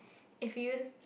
if you use